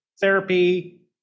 therapy